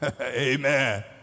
Amen